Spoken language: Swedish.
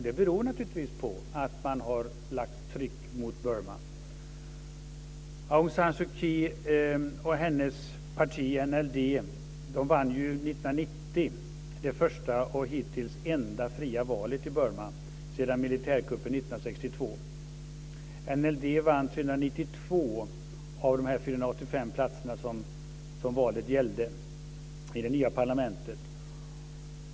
Det beror naturligtvis på att man har satt tryck på Burma. platser som valet gällde i det nya parlamentet.